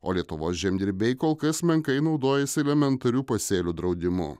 o lietuvos žemdirbiai kol kas menkai naudojasi elementarių pasėlių draudimu